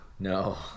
no